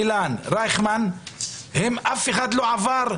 אני לא רוצה להתעסק בפן של אלה שעושים מזה עסק מסחרי,